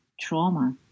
trauma